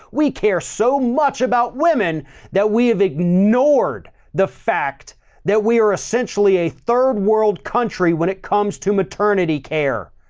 we care so much about women that we have ignored the fact that we are essentially a third world country when it comes to maternity care.